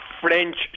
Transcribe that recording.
French